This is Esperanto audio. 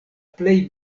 plej